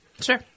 Sure